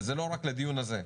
וזה לא רק לדיון הזה,